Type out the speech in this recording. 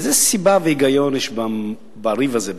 איזה סיבה והיגיון יש בריב הזה בכלל?